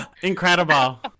incredible